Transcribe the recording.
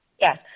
Yes